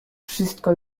wszystko